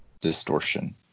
distortion